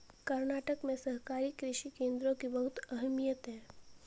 कर्नाटक में सहकारी कृषि केंद्रों की बहुत अहमियत है